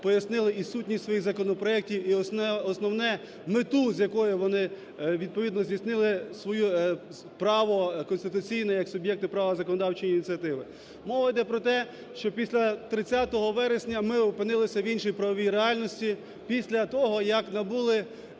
пояснили і сутність своїх законопроектів, і основне – мету, з якою вони відповідно здійснили своє право конституційне як суб'єкти права законодавчої ініціативи. Мова йде про те, що після 30 вересня ми опинилися в іншій правовій реальності після того як набули